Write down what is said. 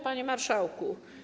Panie Marszałku!